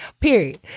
period